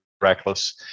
reckless